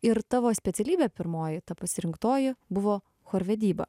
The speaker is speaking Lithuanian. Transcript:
ir tavo specialybė pirmoji ta pasirinktoji buvo chorvedyba